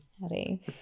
Howdy